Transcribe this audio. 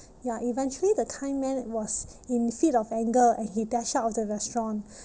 ya eventually the kind man was in fit of anger and he dash out of the restaurant